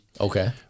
okay